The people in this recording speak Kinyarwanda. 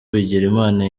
bigirimana